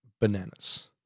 bananas